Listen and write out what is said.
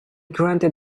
granted